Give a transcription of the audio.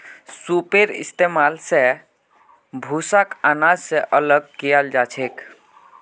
सूपेर इस्तेमाल स भूसाक आनाज स अलग कियाल जाछेक